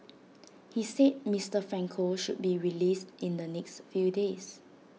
he said Mister Franco should be released in the next few days